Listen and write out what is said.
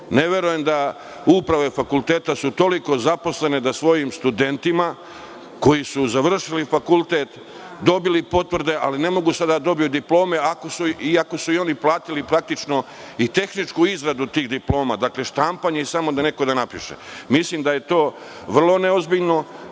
Ne verujem da su uprave fakulteta toliko zaposleni da svojim studentima koji su završili fakultet, dobili potvrde, ali ne mogu sada da dobiju diplome, iako su oni platili praktično i tehničku izradu tih diploma, dakle, štampanje i samo neko da napiše. Mislim da je to vrlo neozbiljno. Ponavljam,